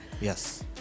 Yes